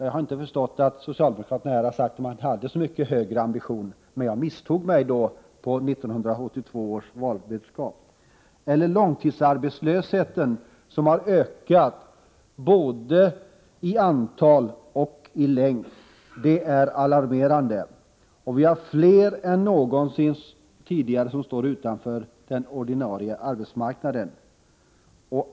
Jag har inte förstått det så att socialdemokraterna har sagt att de på detta område inte hade högre ambitioner än så, men jag måste ha misstagit mig på 1982 års valbudskap. Eller ta långtidsarbetslösheten, som har ökat både i antal och i längd. Det är alarmerande. Och fler än någonsin tidigare står utanför den ordinarie arbetsmarknaden.